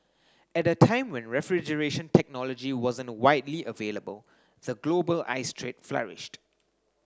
at a time when refrigeration technology wasn't widely available the global ice trade flourished